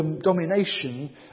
domination